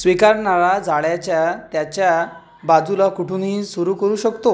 स्वीकारणारा जाळ्याच्या त्याच्या बाजूला कुठूनही सुरू करू शकतो